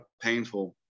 painful